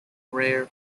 rare